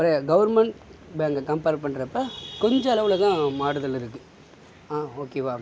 government பேங்க்கை compare பண்ணுறப்ப கொஞ்சளவில் தான் மாறுதல் இருக்கு ஆ ஓகேவா